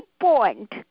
point